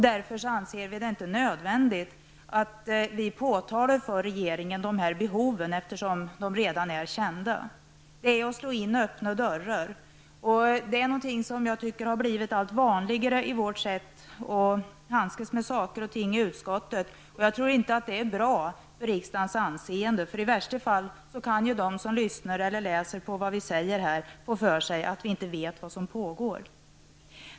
Därför anser vi inte att det är nödvändigt att vi påtalar dessa behov för regeringen. De är ju redan kända. Det är att slå in öppna dörrar. Det är något som jag tycker har blivit allt vanligare i vårt sätt att handskas med saker och ting i utskottet. Jag tror inte att det är bra för riksdagens anseende. I värsta fall kan de som lyssnar på eller läser vad vi säger få för sig att vi inte vet vad som pågår.